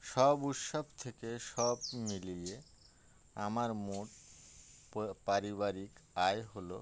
সব উৎসব থেকে সব মিলিয়ে আমার মোট পারিবারিক আয় হলো